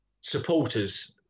supporters